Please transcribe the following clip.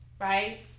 right